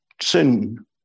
sin